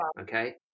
okay